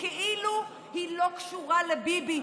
כאילו היא לא קשורה לביבי,